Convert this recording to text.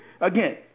Again